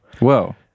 whoa